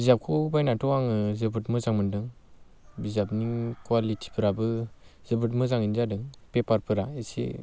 बिजाबखौ बायनाथ' आङो जोबोद मोजां मोनदों बिजाबनि कुवालिटिफोराबो जोबोद मोजाङैनो जादों पेपारफोरा इसे